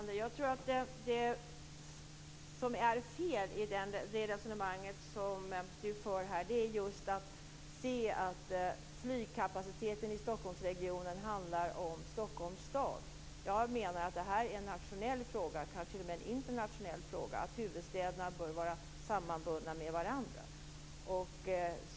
Herr talman! Felet i Jarl Landers resonemang är just att flygkapaciteten i Stockholmsregionen skulle handla om Stockholms stad. Jag menar att det är en nationell fråga, kanske t.o.m. en internationell, att huvudstäderna bör vara sammanbundna med varandra.